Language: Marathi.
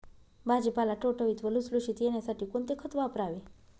भाजीपाला टवटवीत व लुसलुशीत येण्यासाठी कोणते खत वापरावे?